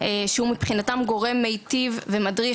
שהוא מבחינתם גורם מיטיב ומדריך.